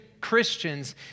Christians